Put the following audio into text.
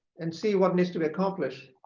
and see what needs to be accomplished,